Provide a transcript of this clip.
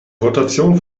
rotation